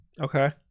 Okay